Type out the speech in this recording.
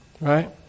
Right